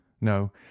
No